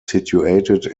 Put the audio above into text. situated